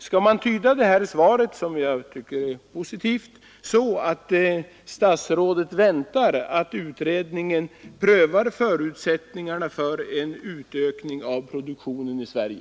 Skall man tyda det här svaret, som jag tycker är positivt, så att statsrådet väntar att utredningen prövar förutsättningarna för en utökning av produktionen i Sverige?